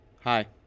Hi